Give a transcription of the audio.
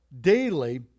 daily